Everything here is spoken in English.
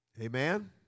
Amen